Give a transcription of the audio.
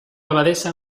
abadesa